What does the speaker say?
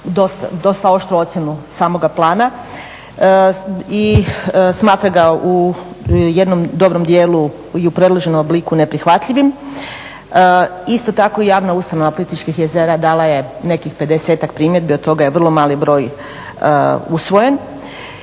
dosta oštru ocjenu samoga plana i smatra ga u jednom dobrom dijelu i u predloženom obliku neprihvatljivim. Isto tako javna ustanova Plitvičkih jezera dala je nekih 50-tak primjedbi, od toga je vrlo mali broj usvojen